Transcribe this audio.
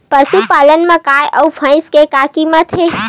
पशुपालन मा गाय अउ भंइसा के का कीमत हे?